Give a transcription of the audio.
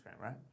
right